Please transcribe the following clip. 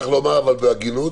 צריך לומר אבל בהגינות,